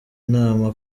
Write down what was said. nama